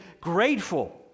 grateful